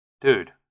dude